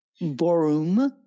Borum